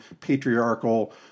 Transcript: patriarchal